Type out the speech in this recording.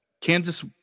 Kansas